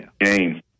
game